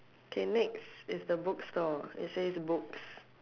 okay next is the bookstore it says books